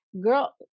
girl